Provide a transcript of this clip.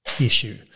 issue